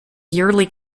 yearly